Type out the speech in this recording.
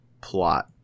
plot